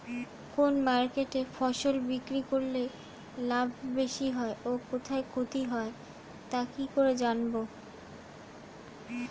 কোন মার্কেটে ফসল বিক্রি করলে লাভ বেশি হয় ও কোথায় ক্ষতি হয় তা কি করে জানবো?